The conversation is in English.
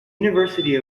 university